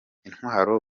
intwaro